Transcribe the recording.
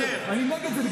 אני נגד זה.